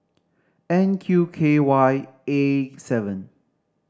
N Q K Y A seven